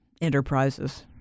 enterprises